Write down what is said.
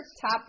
top